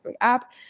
app